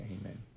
Amen